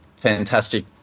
fantastic